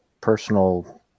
personal